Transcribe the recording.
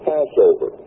Passover